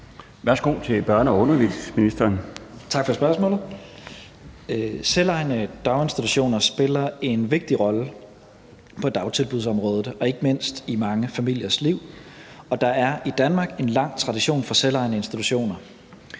Kl. 13:27 Børne- og undervisningsministeren (Mattias Tesfaye): Tak for spørgsmålet. Selvejende daginstitutioner spiller en vigtig rolle på dagtilbudsområdet og ikke mindst i mange familiers liv, og der er i Danmark en lang tradition for selvejende institutioner.